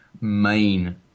main